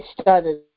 started